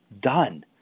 done